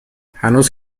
هنوز